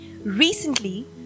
Recently